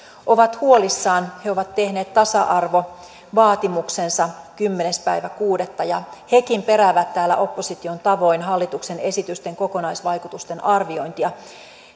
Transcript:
ovat huolissaan he ovat tehneet tasa arvovaatimuksensa kymmenes kuudetta ja hekin peräävät opposition tavoin hallituksen esitysten kokonaisvaikutusten arviointia